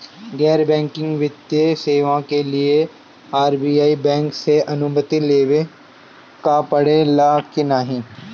गैर बैंकिंग वित्तीय सेवाएं के लिए आर.बी.आई बैंक से अनुमती लेवे के पड़े ला की नाहीं?